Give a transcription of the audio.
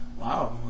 wow